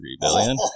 billion